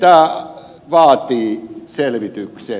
tämä vaatii selvityksen